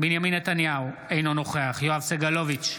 בנימין נתניהו, אינו נוכח יואב סגלוביץ'